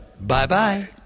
Bye-bye